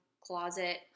closet